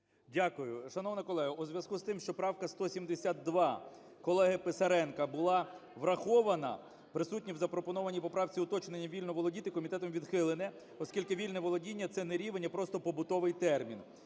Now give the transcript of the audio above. Дякую. Шановна колега, у зв'язку з тим, що правка 172 колеги Писаренка була врахована, присутнім запропоноване у поправці уточнення "вільно володіти" комітетом відхилене, оскільки вільне володіння – це не рівень, а просто побутовий термін.